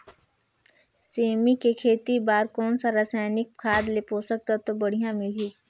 सेमी के खेती बार कोन सा रसायनिक खाद ले पोषक तत्व बढ़िया मिलही?